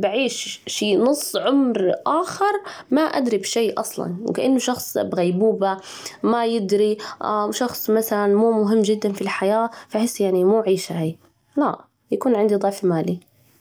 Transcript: بعيش شي نص عمر آخر، ما أدري بشيء أصلاً، وكأنه شخص بغيبوبة ما يدري، أو شخص مثلاً مو مهم جداً في الحياة، فأحس يعني مو عيشة هاي لا، يكون عندي ضعف مالي أفضل.